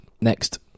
next